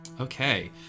Okay